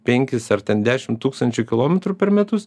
penkis ar ten dešim tūkstančių kilometrų per metus